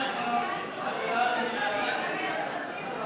בדבר תוספת תקציב לא